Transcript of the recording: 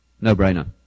No-brainer